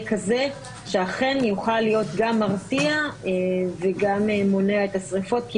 כזה שאכן יוכל להיות גם מרתיע וגם מונע את השריפות כי